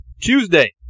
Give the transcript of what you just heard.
Tuesday